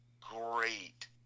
great